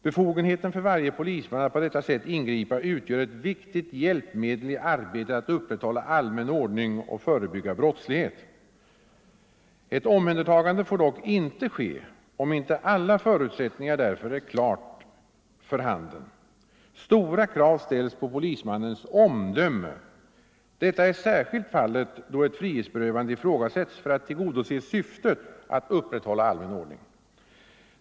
Befogenheten för varje po lisman att på detta sätt ingripa utgör ett viktigt hjälpmedel i arbetet att upprätthålla allmän ordning och förebygga brottslighet. Ett omhändertagande får dock inte ske om inte alla förutsättningar därför klart är för handen. Stora krav ställs på polismannens omdöme. Detta är särskilt fallet då ett frihetsberövande ifrågasätts för att tillgodose syftet att upprätthålla allmän ordning.